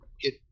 get